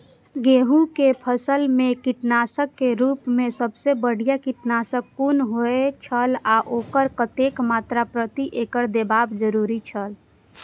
गेहूं के फसल मेय कीटनाशक के रुप मेय सबसे बढ़िया कीटनाशक कुन होए छल आ ओकर कतेक मात्रा प्रति एकड़ देबाक जरुरी छल?